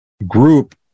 group